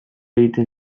egiten